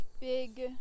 big